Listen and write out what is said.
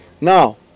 now